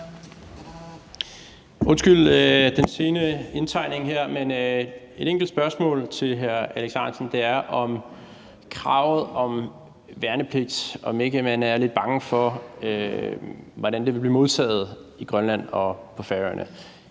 Undskyld den sene indtegning her, men et enkelt spørgsmål til hr. Alex Ahrendtsen er, om ikke man er lidt bange for, hvordan kravet om værnepligt vil blive modtaget i Grønland og på Færøerne.